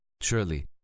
Surely